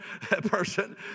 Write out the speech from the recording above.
person